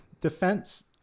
defense